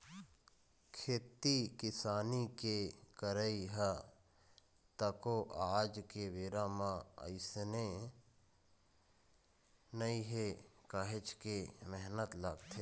खेती किसानी के करई ह तको आज के बेरा म अइसने नइ हे काहेच के मेहनत लगथे